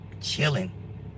Chilling